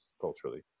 culturally